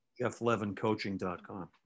jefflevincoaching.com